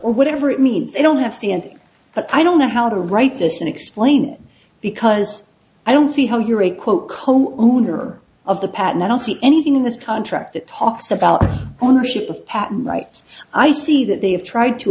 or whatever it means they don't have standing but i don't know how to write this and explain it because i don't see how you're a quote comb owner of the patent i don't see anything in this contract that talks about ownership of patent rights i see that they have tried to